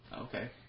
Okay